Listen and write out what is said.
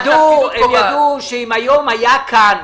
הם ידעו שאם היום היה כאן